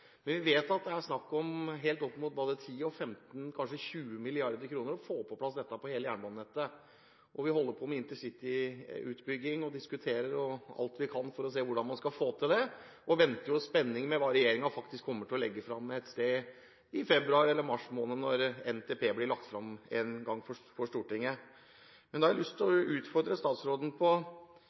er snakk om helt opp imot både 10, 15 og kanskje 20 mrd. kr for å få dette på plass på hele jernbanenettet. Vi holder også på med intercityutbygging og diskuterer alt vi kan, for å se hvordan man skal få det til. Vi venter i spenning på hva regjeringen kommer til å legge fram en gang i februar eller mars måned, når NTP blir lagt fram for Stortinget. Men jeg har lyst til å utfordre statsråden: Har statsråden sett for seg noe tidsperspektiv på